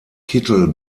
kittel